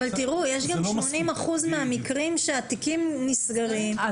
אבל יש גם 80% מהמקרים שהתיקים נסגרים,